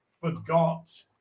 forgot